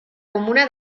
comuna